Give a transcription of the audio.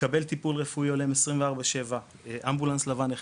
לקבל טיפול רפואי הולם 24/7, אמבולנס לבן אחד.